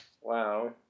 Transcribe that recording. Wow